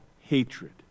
hatred